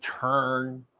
turn